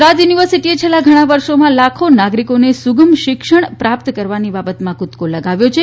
ગુજરાત યુનિવર્સિટીએ છેલ્લા ઘણા વર્ષોમાં લાખો નાગરિકોને સુગમ શિક્ષણ પ્રાપ્ત કરવાની બાબતમાં ફૂદકો લગાવ્યો છે